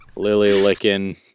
Lily-licking